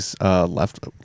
left